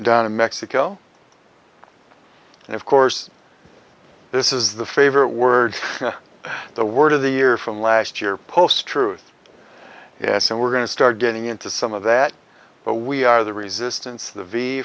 down in mexico and of course this is the favorite word the word of the year from last year posts truth yes and we're going to start getting into some of that but we are the resistance the v